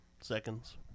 Seconds